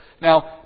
Now